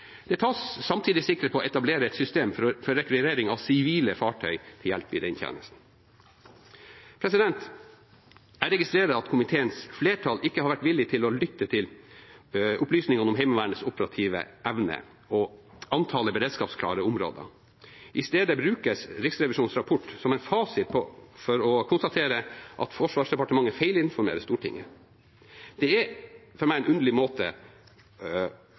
Det tas samtidig sikte på å etablere et system for rekvirering av sivile fartøy til hjelp i den tjenesten. Jeg registrerer at komiteens flertall ikke har vært villig til å lytte til opplysningene om Heimevernets operative evne og antallet beredskapsklare områder. I stedet brukes Riksrevisjonens rapport som en fasit for å konstatere at Forsvarsdepartementet feilinformerer Stortinget. Det er for meg en underlig måte